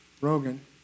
Rogan